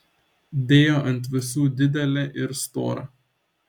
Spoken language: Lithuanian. dėjo ant visų didelį ir storą